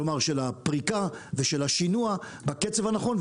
כלומר של הפריקה ושל השינוע בקצב הנכון,